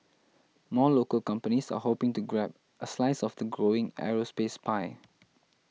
more local companies are hoping to grab a slice of the growing aerospace pie